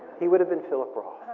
he would've been philip roth.